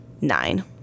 Nine